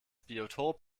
biotop